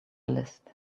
list